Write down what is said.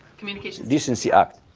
communications decency act.